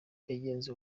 yagenze